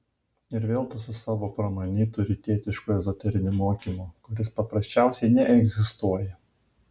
ir vėl tu su savo pramanytu rytietišku ezoteriniu mokymu kuris paprasčiausiai neegzistuoja